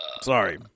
Sorry